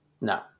No